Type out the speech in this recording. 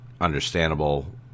understandable